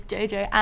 Jojo